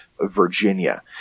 Virginia